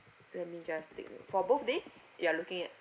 let me just take note for both days you are looking at